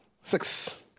six